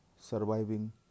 surviving